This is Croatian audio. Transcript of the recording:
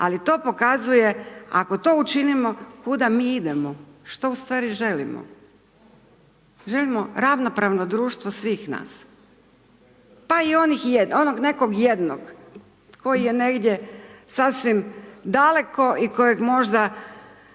ali to pokazuje ako to učinimo kuda mi idemo što u stvari želimo. Želimo ravnopravno društvo svih nas, pa i onih, onog nekog jednog koji je negdje sasvim daleko i kojeg možda